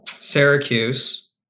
Syracuse